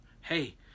hey